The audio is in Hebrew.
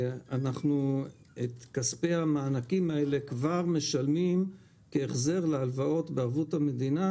את כספי המענקים האלה אנחנו כבר משלמים כהחזר להלוואות בערבות המדינה